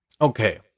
Okay